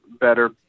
better